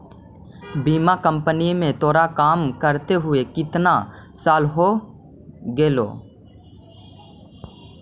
बीमा कंपनी में तोरा काम करते हुए केतना साल हो गेलो